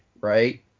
right